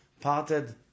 parted